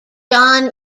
john